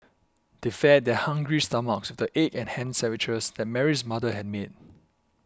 they fed their hungry stomachs the egg and ham sandwiches that Mary's mother had made